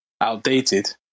outdated